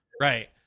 Right